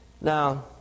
Now